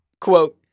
Quote